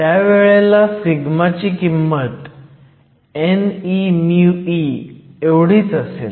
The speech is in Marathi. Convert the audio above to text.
त्यावेळेला सिग्माची किंमत n e μe एवढीच असेल